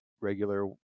regular